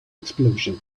explosion